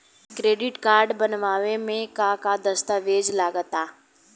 Credit card बनवावे म का का दस्तावेज लगा ता?